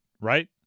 right